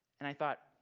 and i thought,